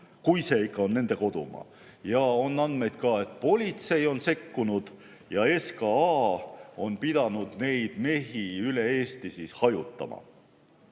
kui see ikka on nende kodumaa. On ka andmeid, et politsei on sekkunud ja SKA on pidanud neid mehi üle Eesti hajutama.